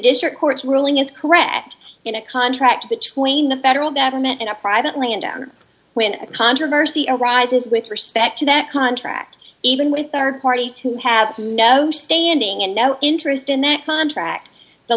district court's ruling is correct in a contract between the federal government in a privately owned down when a controversy arises with respect to that contract even with rd parties who have no standing and no interest in a contract the